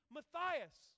Matthias